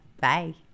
Bye